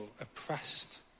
oppressed